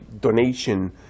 donation